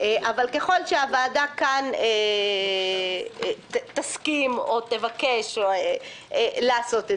אבל ככל שהוועדה כאן תסכים או תבקש לעשות את